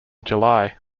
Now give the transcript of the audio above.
july